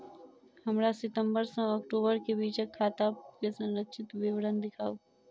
हमरा सितम्बर सँ अक्टूबर केँ बीचक खाता केँ संक्षिप्त विवरण देखाऊ?